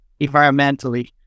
environmentally